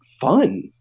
fun